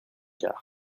quart